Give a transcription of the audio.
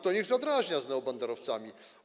To niech zadrażnia z neobanderowcami.